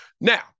Now